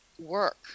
work